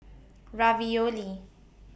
Ravioli